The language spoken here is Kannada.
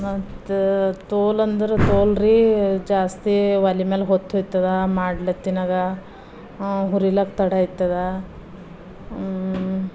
ಮತ್ತು ತೋಲ್ ಅಂದ್ರೆ ತೋಲ್ ರೀ ಜಾಸ್ತಿ ಒಲೆ ಮ್ಯಾಲ ಹೊತ್ತು ಹೋಯ್ತದ ಮಾಡ್ಲತ್ತಿನಾಗ ಹುರಿಲಾಕ ತಡ ಆಯ್ತದ